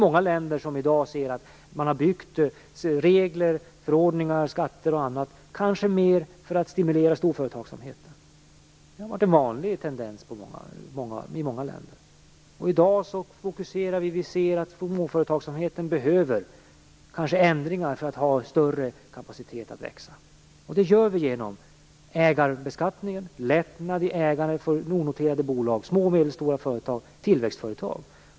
Många länder har byggt regler, förordningar och skatter och annat, kanske mer för att stimulera storföretagsamheten. Det har varit en vanlig tendens i många länder. Men i dag fokuserar vi och ser att småföretagsamheten behöver ändringar för att ha större kapacitet att växa. Det gör vi genom ägarbeskattningen, lättnad i ägandet för onoterade bolag, små och medelstora företag och tillväxtföretag.